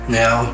now